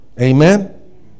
Amen